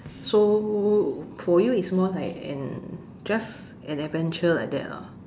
so for you it's more like an just an adventure like that lah